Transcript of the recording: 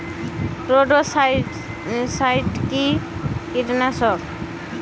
স্পোডোসাইট কি কীটনাশক?